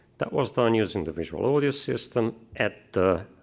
that was done using the visualaudio system at the